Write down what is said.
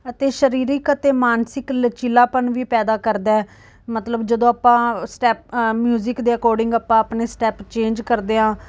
ਅਤੇ ਸਰੀਰਿਕ ਅਤੇ ਮਾਨਸਿਕ ਲਚਕੀਲਾਪਨ ਵੀ ਪੈਦਾ ਕਰਦਾ ਹੈ ਮਤਲਬ ਜਦੋਂ ਆਪਾਂ ਸਟੈਪ ਅ ਮਿਊਜ਼ਿਕ ਦੇ ਅਕੋਡਿੰਗ ਆਪਾਂ ਆਪਣੇ ਸਟੈਪ ਚੇਂਜ ਕਰਦੇ ਹਾਂ